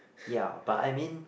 ya but I mean